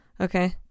okay